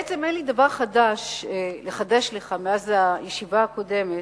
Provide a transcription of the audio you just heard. בעצם אין לי דבר חדש לחדש לך מאז הישיבה הקודמת,